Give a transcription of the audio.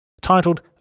Titled